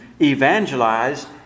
evangelize